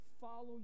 follow